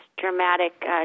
dramatic